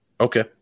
okay